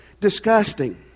disgusting